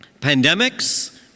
Pandemics